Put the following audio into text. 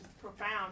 profound